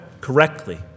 correctly